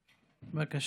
בבקשה.